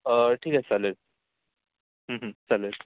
ठीक आहे चालेल चालेल